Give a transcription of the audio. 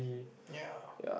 ya